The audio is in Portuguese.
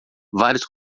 vários